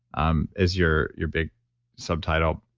um is your your big subtitle.